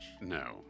No